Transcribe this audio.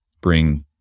bring